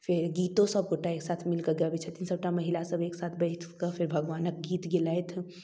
फेर गीतो सभगोटा एकसाथ मिलिकऽ गाबै छथिन सभटा महिलासभ एकसाथ बैठिकऽ फेर भगवानके गीत गेलथि